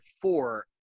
four